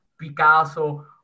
Picasso